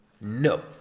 no